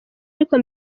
ariko